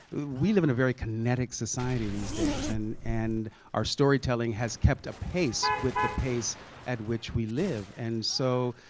we live in a very kinetic society these days, and and our storytelling has kept a pace with the pace at which we live. and so,